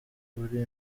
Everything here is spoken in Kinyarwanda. uri